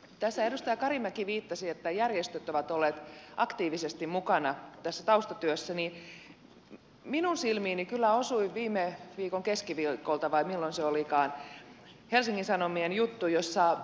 kun tässä edustaja karimäki viittasi että järjestöt ovat olleet aktiivisesti mukana tässä taustatyössä niin minun silmiini kyllä osui viime viikon keskiviikolta vai milloin se olikaan helsingin sanomien juttu jossa